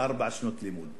, ארבע שנות לימוד.